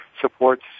supports